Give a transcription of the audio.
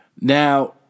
Now –